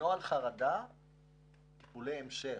נוהל חרדה זה לטיפולי המשך.